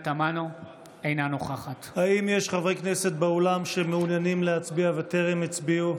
אינה נוכחת האם יש חברי כנסת באולם שמעוניינים להצביע וטרם הצביעו?